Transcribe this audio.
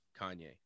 kanye